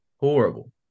Horrible